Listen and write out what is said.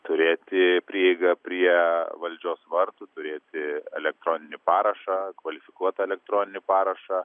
turėti prieigą prie valdžios vartų turėti elektroninį parašą kvalifikuotą elektroninį parašą